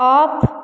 off